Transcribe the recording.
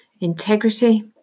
integrity